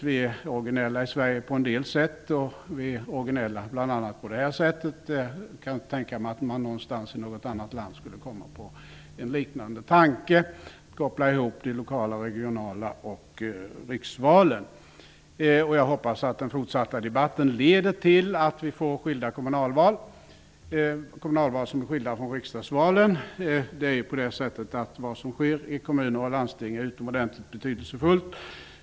Vi är originella på en del sätt i Sverige, bl.a. på detta sätt. Jag kan inte tänka mig att man i något annat land skulle komma på tanken att koppla ihop de lokala och regionala valen och riksdagsvalen. Jag hoppas att den fortsatta debatten leder till att kommunalvalen skiljs från riksdagsvalen. Vad som sker i kommuner och landsting är ju utomordentligt betydelsefullt.